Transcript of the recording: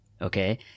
okay